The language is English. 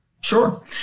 Sure